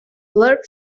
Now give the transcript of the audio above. blurb